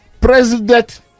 President